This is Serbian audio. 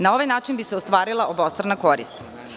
Na ovaj način bi se ostvarila obostrana korist.